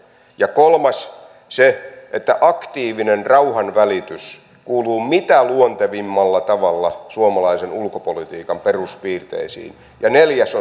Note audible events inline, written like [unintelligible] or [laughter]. kolmas on se että aktiivinen rauhanvälitys kuuluu mitä luontevimmalla tavalla suomalaisen ulkopolitiikan peruspiirteisiin neljäs [unintelligible]